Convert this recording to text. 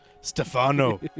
Stefano